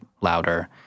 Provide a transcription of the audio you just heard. louder